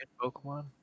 Pokemon